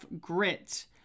Grit